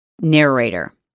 narrator